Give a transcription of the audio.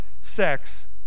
sex